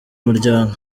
muryango